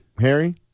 Harry